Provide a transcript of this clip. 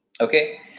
Okay